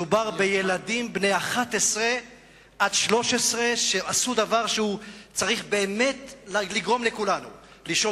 מדובר בילדים בני 11 13 שעשו דבר שצריך באמת לגרום לכולנו לשאול